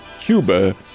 Cuba